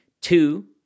two